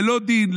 ללא דין,